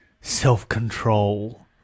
self-control